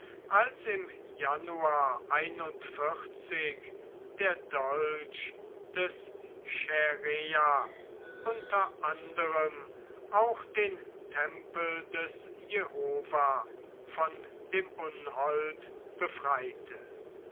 als im januar der dolch des chaerea unter anderem auch den tempel des jehova von dem unhold befreite